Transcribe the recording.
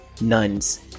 nuns